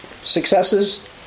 successes